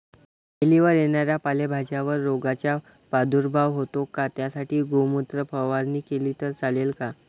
वेलीवर येणाऱ्या पालेभाज्यांवर रोगाचा प्रादुर्भाव होतो का? त्यासाठी गोमूत्र फवारणी केली तर चालते का?